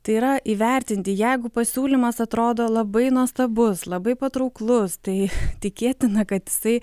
tai yra įvertinti jeigu pasiūlymas atrodo labai nuostabus labai patrauklus tai tikėtina kad jisai